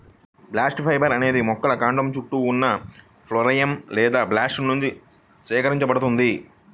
bast fibre అనేది మొక్కల కాండం చుట్టూ ఉన్న ఫ్లోయమ్ లేదా బాస్ట్ నుండి సేకరించబడుతుంది